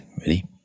Ready